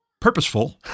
purposeful